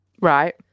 Right